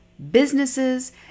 businesses